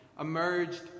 emerged